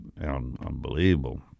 unbelievable